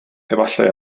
efallai